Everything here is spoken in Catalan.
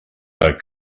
per